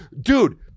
dude